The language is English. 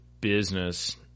business